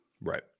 Right